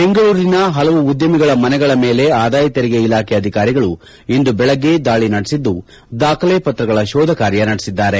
ಬೆಂಗಳೂರಿನ ಹಲವು ಉದ್ಯಮಿಗಳ ಮನೆಗಳ ಮೇಲೆ ಆದಾಯ ತೆರಿಗೆ ಇಲಾಖೆ ಅಧಿಕಾರಿಗಳು ಇಂದು ಬೆಳಗ್ಗೆ ನಡೆಸಿದ್ದು ದಾಖಲೆ ಪತ್ರಗಳ ಶೋಧ ಕಾರ್ಯ ನಡೆಸಿದ್ದಾರೆ